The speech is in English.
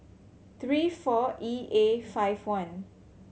three four E A five one